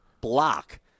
block